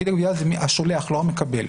פקיד הגבייה זה השולח, לא המקבל.